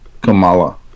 Kamala